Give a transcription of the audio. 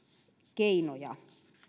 keinoja